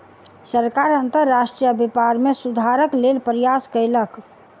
सरकार अंतर्राष्ट्रीय व्यापार में सुधारक लेल प्रयास कयलक